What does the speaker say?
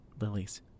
lilies